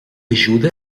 ajuda